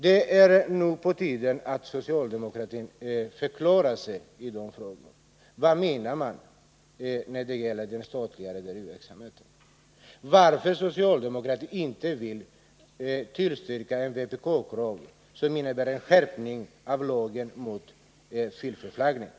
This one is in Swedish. Det är på tiden att socialdemokratin förklarar sig i de här frågorna. Vad menar man? Vad har man för uppfattning när det gäller statlig rederiverksamhet? Varför vill inte socialdemokratin tillstyrka vpk-krav som innebär en skärpning av lagen mot fiffelflaggning?